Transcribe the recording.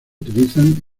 utilizan